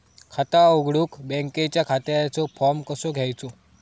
खाता उघडुक बँकेच्या खात्याचो फार्म कसो घ्यायचो?